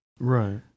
Right